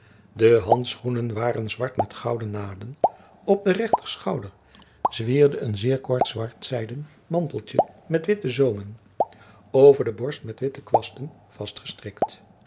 de handschoenen waren zwart met gouden naden op den rechter schouder zwierde een zeer kort zwart zijden manteltje met witte zoomen over de borst met witte kwasten